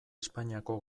espainiako